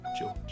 George